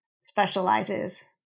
specializes